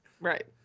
right